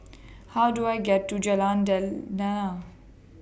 How Do I get to Jalan